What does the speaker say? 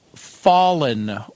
Fallen